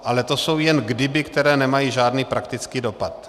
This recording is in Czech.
Ale to jsou jen kdyby, která nemají žádný praktický dopad.